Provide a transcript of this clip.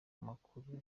makuru